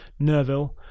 Nerville